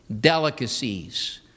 Delicacies